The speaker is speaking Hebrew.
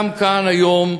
גם כאן היום,